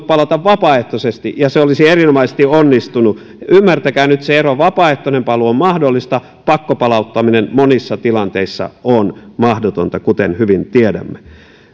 palata vapaaehtoisesti ja se olisi erinomaisesti onnistunut ymmärtäkää nyt se ero vapaaehtoinen paluu on mahdollista pakkopalauttaminen monissa tilanteissa on mahdotonta kuten hyvin tiedämme